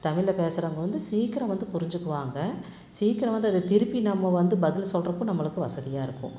தமிழ்ல பேசுகிறவங்க வந்து சீக்கிரம் வந்து புரிஞ்சுக்குவாங்க சீக்கிரம் வந்து அதை திருப்பி நாம வந்து பதில் சொல்கிறக்கும் நம்மளுக்கு வசதியாக இருக்கும்